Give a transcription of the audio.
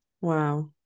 Wow